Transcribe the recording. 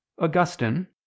Augustine